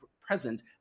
present